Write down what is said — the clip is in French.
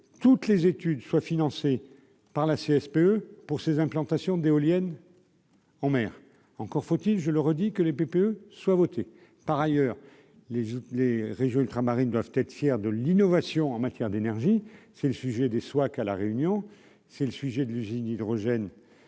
toutes les études soit financé par la CSPE pour ses implantations d'éoliennes en mer, encore faut-il je le redis que le PPE soit votée par ailleurs les les régions ultramarines doivent être fiers de l'innovation en matière d'énergie, c'est le sujet des soit qu'à la Réunion, c'est le sujet de l'usine hydrogène